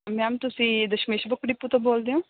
ma'am ਤੁਸੀਂ Dashmesh book depot ਤੋਂ ਬੋਲਦੇ ਹੋ